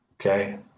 Okay